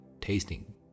tasting